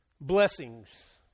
Blessings